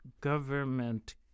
government